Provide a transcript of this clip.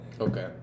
Okay